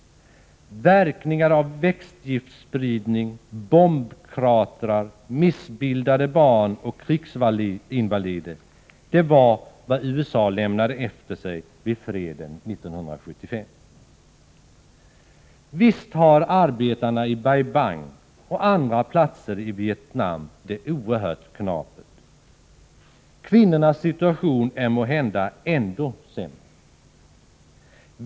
Verkningar av växtgiftspridning, bombkratrar, missbildade barn och krigsinvalider var vad USA lämnade efter sig vid freden 1975. Visst har arbetarna i Bai Bang och på andra platser i Vietnam det oerhört knapert. Kvinnornas situation är måhända ännu sämre.